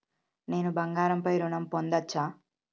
నేను బంగారం పై ఋణం పొందచ్చా?